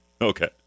Okay